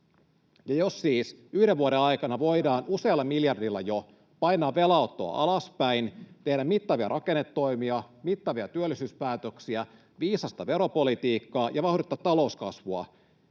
Jos siis yhden vuoden aikana voidaan usealla miljardilla jo painaa velanottoa alaspäin, tehdä mittavia rakennetoimia, mittavia työllisyyspäätöksiä, viisasta veropolitiikkaa ja vauhdittaa talouskasvua,